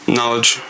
Knowledge